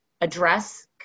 address